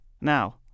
Now